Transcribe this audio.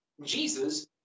Jesus